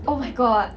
oh my god